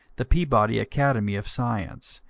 the peabody academy of science,